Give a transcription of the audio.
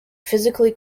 physically